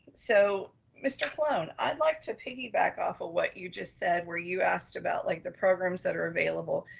so mr. colon, i'd like to piggyback off of what you just said, where you asked about like the programs that are available.